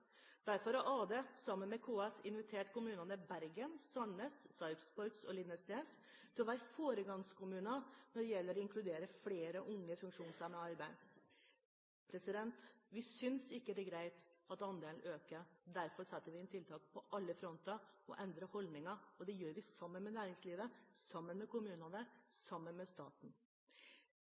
Derfor har Arbeidsdepartementet sammen med KS invitert kommunene Bergen, Sandnes, Sarpsborg og Lindesnes til å være foregangskommuner når det gjelder å inkludere flere unge, funksjonshemmede i arbeid. Vi synes ikke det er greit at andelen øker, derfor setter vi inn tiltak på alle fronter og endrer holdninger. Det gjør vi sammen med næringslivet, sammen med kommunene, sammen med staten.